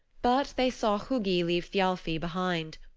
but they saw hugi leave thialfi behind.